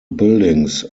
buildings